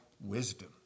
wisdom